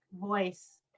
voice